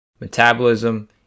metabolism